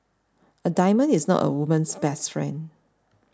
a diamond is not a woman's best friend